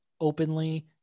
openly